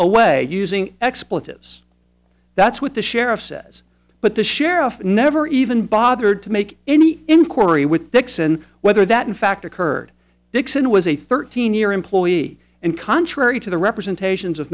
away using expletives that's what the sheriff says but the sheriff never even bothered to make any inquiry with dixon whether that in fact occurred dixon was a thirteen year employee and contrary to the representations of